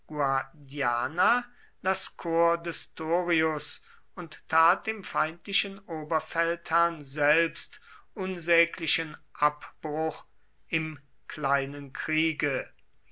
korps des thorius und tat dem feindlichen oberfeldherrn selbst unsäglichen abbruch im kleinen kriege